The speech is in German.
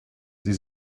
sie